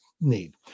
need